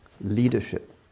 leadership